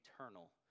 eternal